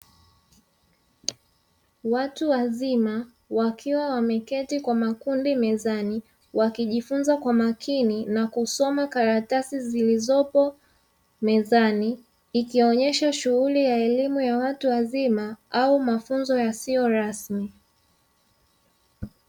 Watu wazima wakiwa wameketi kwa makundi mezani wakijifunza kwa makini na kusoma karatasi zilizopo mezani. Ikionyesha shughuli ya elimu ya watu wazima au mafunzo yasiyo rasmi.